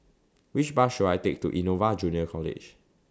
Which Bus should I Take to Innova Junior College